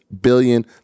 billion